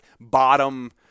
bottom